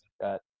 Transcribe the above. got